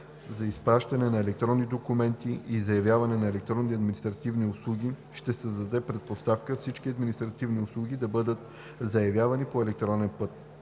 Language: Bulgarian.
за изпращане на електронни документи и заявяване на електронни административни услуги ще създаде предпоставка всички административни услуги да бъдат заявявани по електронен път.